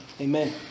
Amen